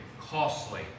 costly